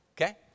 Okay